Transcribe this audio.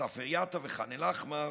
מסאפר יטא וח'אן אל-אחמר,